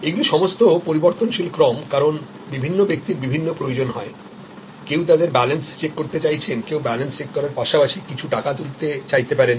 এগুলি সমস্ত পরিবর্তনশীলক্রম কারণ বিভিন্ন ব্যক্তির বিভিন্ন প্রয়োজন হয় কেউ তাদের ব্যালেন্স চেক করতে চাইছেন কেউ ব্যালেন্স চেক করার পাশাপাশি কিছু টাকা তুলতে চাইতে পারেন